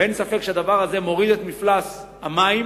ואין ספק שזה מוריד את מפלס המים.